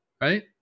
right